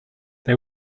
they